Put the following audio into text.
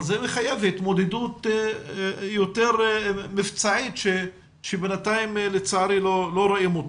אבל זה מחייב התמודדות יותר מבצעית שבינתיים לצערי לא רואים אותה.